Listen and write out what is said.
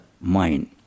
mind